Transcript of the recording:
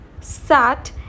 sat